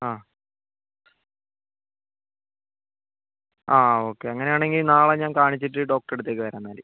ആ ആ ഓക്കെ അങ്ങനെ ആണെങ്കിൽ നാളെ ഞാൻ കാണിച്ചിട്ട് ഡോക്ടറുടെ അടുത്തേക്ക് വരാം എന്നാൽ